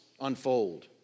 unfold